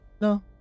No